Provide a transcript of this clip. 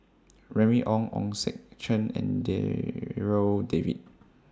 Remy Ong Ong Sek Chern and Darryl David